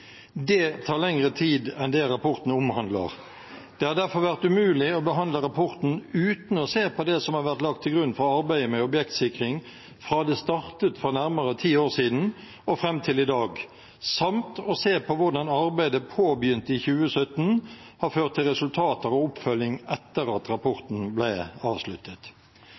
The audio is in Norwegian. Det tar lengre tid enn det rapporten omhandler. Det har derfor vært umulig å behandle rapporten uten å se på det som har vært lagt til grunn for arbeidet med objektsikring, fra det startet for nærmere ti år siden og fram til i dag, samt å se på hvordan arbeid påbegynt i 2017 har ført til resultater og oppfølging etter at rapporten ble avsluttet.